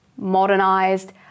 modernized